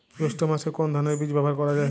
জৈষ্ঠ্য মাসে কোন ধানের বীজ ব্যবহার করা যায়?